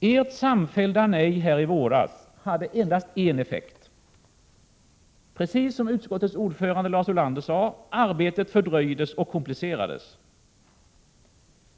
Ert samfällda nej i våras hade emellertid endast en effekt, precis som utskottets ordförande Lars Ulander sade. Arbetet fördröjdes och komplicerades.